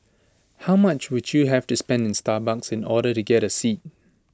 how much would you have to spend in Starbucks in order to get A seat